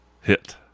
Hit